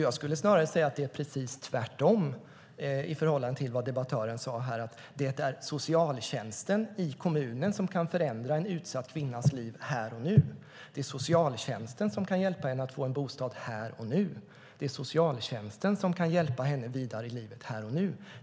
Jag skulle därför säga att det snarare är tvärtom mot vad debattören sade, att det är socialtjänsten i kommunen som kan förändra en utsatt kvinnas liv här och nu. Det är socialtjänsten som kan hjälpa henne att få en bostad här och nu. Det är socialtjänsten som kan hjälpa henne vidare i livet här och nu.